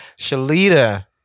Shalita